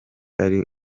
ari